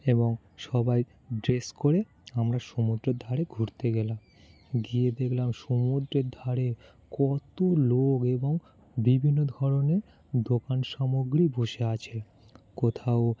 এবং সবাই ড্রেস করে আমরা সমুদ্রের ধারে ঘুরতে গেলাম গিয়ে দেখলাম সমুদ্রের ধারে কতো লোক এবং বিভিন্ন ধরনের দোকান সামগ্রী বসে আছেন কোথাও